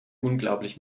unglaublich